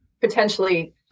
potentially